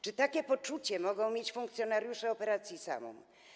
Czy takie poczucie mogą mieć funkcjonariusze operacji „Samum”